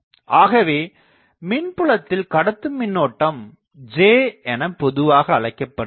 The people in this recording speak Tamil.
ஆகவே மின்புலத்தில் கடத்துமின்னோட்டம் J என பொதுவாக அழைக்கப்படுகிறது